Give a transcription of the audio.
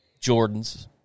Jordans